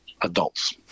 adults